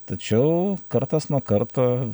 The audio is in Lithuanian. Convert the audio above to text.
tačiau kartas nuo karto